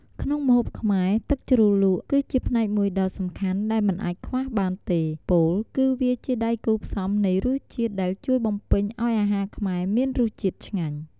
ក្នុងម្ហូបខ្មែរ ទឹកជ្រលក់គឺជាផ្នែកមួយដ៏សំខាន់ ដែលមិនអាចខ្វះបានទេ ពោលគឺវាជាដៃគូរផ្សំនៃរសជាតិ ដែលជួយបំពេញឲ្យអាហារខ្មែរមានរសជាតិឆ្ងាញ់។